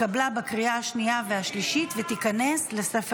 התקבלה בקריאה השנייה והשלישית, ותיכנס לספר